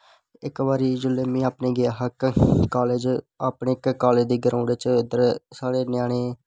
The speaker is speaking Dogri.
इक बार में जिसलै अपने गेआ हा कालेज अपने कालेज दी ग्राऊंड़ च इध्दर साढ़े ञ्यानें